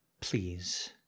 Please